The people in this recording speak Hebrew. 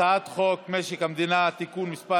הצעת חוק-יסוד: משק המדינה (תיקון מס'